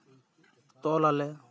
ᱛᱚᱞᱟᱞᱮ